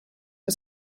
que